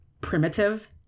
primitive